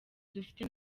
dufite